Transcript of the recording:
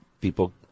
people